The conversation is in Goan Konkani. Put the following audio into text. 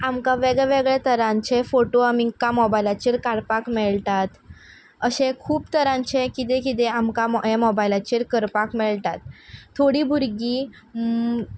आमकां वेगळे वेगळे तरांचे फोटो आमी एका मॉबायलाचेर काडपाक मेळटात अशें खूब तरांचें कितें कितें आमकां मॉ ये मॉबायलाचेर करपाक मेळटात थोडी भुरगीं